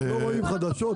אתם לא רואים חדשות?